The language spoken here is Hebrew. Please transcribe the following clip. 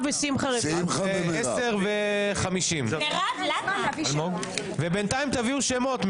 בשעה 10:50. בינתיים תביאו שמות.